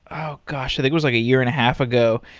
oh gosh, i think was like a year and a half ago.